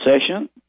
session